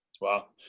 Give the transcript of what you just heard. Wow